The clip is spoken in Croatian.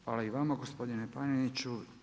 Hvala i vama gospodine Paneniću.